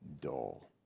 Dull